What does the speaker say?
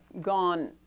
gone